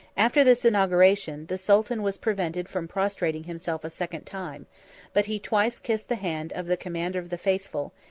after this inauguration, the sultan was prevented from prostrating himself a second time but he twice kissed the hand of the commander of the faithful,